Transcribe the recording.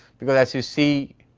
because as you see